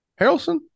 Harrelson